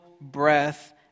breath